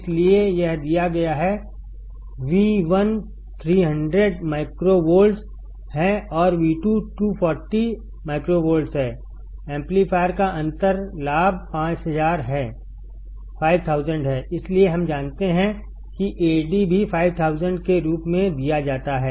इसलिए यह दिया गया है कि V1300 माइक्रोवोल्ट्स है और V2 240 माइक्रोवोल्ट्स हैएम्पलीफायर का अंतर लाभ 5000 हैइसलिए हम जानते हैं किAd भी 5000 के रूप में दिया जाता है